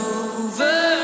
over